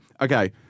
okay